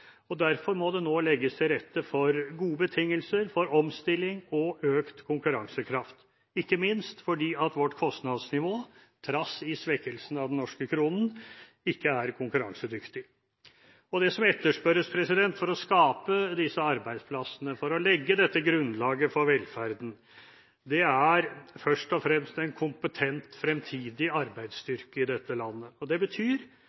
petroleumsaktiviteten. Derfor må det nå legges til rette for gode betingelser for omstilling og økt konkurransekraft, ikke minst fordi vårt kostnadsnivå, trass i svekkelsen av den norske kronen, ikke er konkurransedyktig. Det som etterspørres for å skape disse arbeidsplassene og for å legge dette grunnlaget for velferden, er først og fremst en kompetent fremtidig arbeidsstyrke i dette landet. Det betyr,